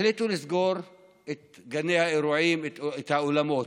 החליטו לסגור את גני האירועים, את האולמות.